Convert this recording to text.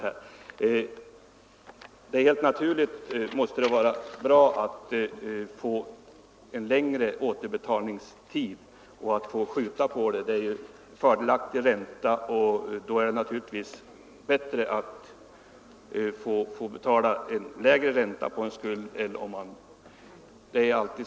Helt naturligt måste det vara bra med en längre återbetalningstid. Det är en fördelaktig ränta, och det är naturligtvis alltid bättre att få betala en låg ränta på en skuld än en hög ränta.